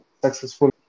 successful